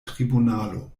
tribunalo